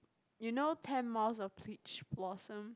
you know ten miles of peach blossom